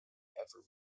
ever